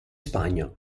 spagna